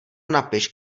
napiš